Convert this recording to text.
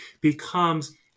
becomes